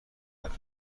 عملی